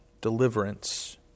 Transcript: deliverance